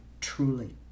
truly